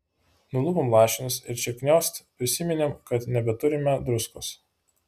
nulupom lašinius ir čia kniost prisiminėm kad nebeturime druskos